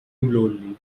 lonely